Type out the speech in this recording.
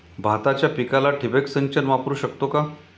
भाताच्या पिकाला ठिबक सिंचन वापरू शकतो का?